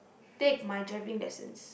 take my driving lessons